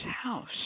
house